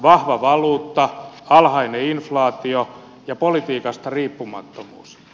vahva valuutta alhainen inflaatio ja politiikasta riippumattomuus